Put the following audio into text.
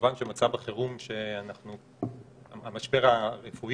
כמובן שמצב החירום נקרא לו: המשבר הרפואי